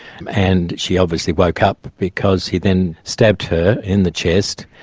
and she obviously woke up because he then stabbed her in the chest,